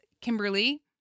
Kimberly